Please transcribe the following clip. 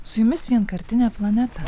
su jumis vienkartinė planeta